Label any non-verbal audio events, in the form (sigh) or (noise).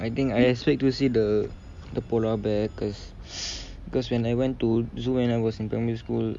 I think I expect to see the the polar bear cause (breath) cause when I went to school when I was in primary school